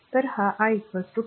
तर हा I 10 ampere